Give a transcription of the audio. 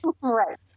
Right